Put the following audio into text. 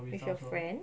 with your friend